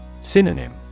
Synonym